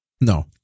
no